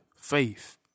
faith